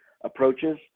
approaches